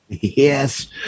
Yes